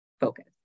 focus